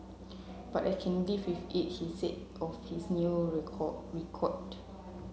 but I can live with it he said of his new record